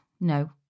no